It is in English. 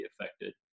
affected